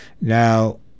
Now